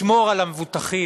לשמור על המבוטחים,